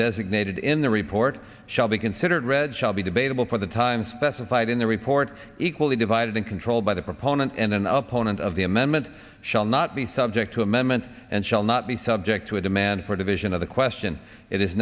designated in the report shall be considered read shall be debatable for the time specified in the report equally divided and controlled by the proponent and then up on and of the amendment shall not be subject to amendment and shall not be subject to a demand for division of the question it is